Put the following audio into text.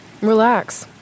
Relax